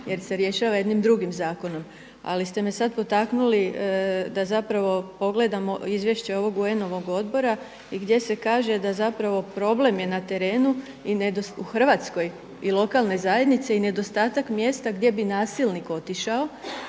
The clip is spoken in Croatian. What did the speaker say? jer se rješava jednim drugim zakonom. Ali ste me sad potaknuli da zapravo pogledamo izvješće ovog UN-ovog odbora gdje se kaže da zapravo problem je na terenu i u Hrvatskoj i lokalne zajednice i nedostatak mjesta gdje bi nasilnik otišao,